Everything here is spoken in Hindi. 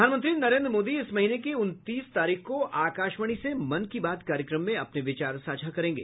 प्रधानमंत्री नरेन्द्र मोदी इस महीने की उनतीस तारीख को आकाशवाणी से मन की बात कार्यक्रम में अपने विचार साझा करेंगे